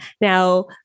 Now